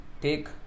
take